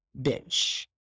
bitch